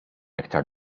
aktar